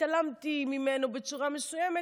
התעלמתי ממנו בצורה מסוימת,